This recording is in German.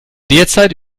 derzeit